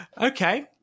Okay